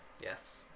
Yes